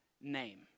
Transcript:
name